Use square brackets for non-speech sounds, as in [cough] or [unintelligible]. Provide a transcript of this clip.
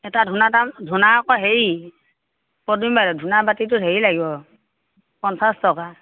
এটা ধূনা দাম ধূনা আকৌ হেৰি [unintelligible] ধূনা বাতিটো হেৰি লাগিব পঞ্চাছ টকা